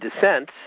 dissent